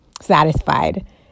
satisfied